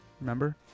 Remember